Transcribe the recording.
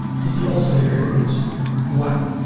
you see also here it looks white.